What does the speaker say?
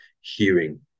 hearing